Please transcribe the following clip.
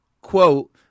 quote